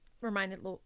reminded